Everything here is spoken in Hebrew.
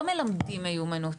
לא מלמדים מיומנות.